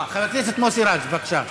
אה, חבר הכנסת מוסי רז, בבקשה.